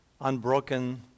unbroken